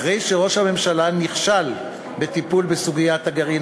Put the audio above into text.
אחרי שראש הממשלה נכשל בטיפול בסוגיית הגרעין